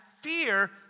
fear